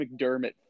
McDermott